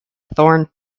thorn